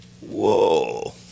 Whoa